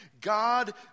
God